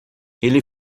ele